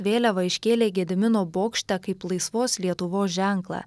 vėliavą iškėlė gedimino bokšte kaip laisvos lietuvos ženklą